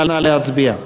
נא להצביע.